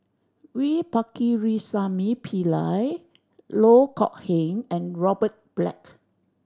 V Pakirisamy Pillai Loh Kok Heng and Robert Black